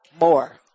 more